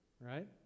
right